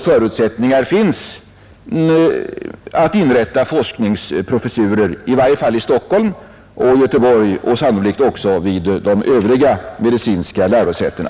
Förutsättningar finns att inrätta forskningsprofessurer i varje fall i Stockholm och Göteborg och sannolikt också vid övriga medicinska lärosäten.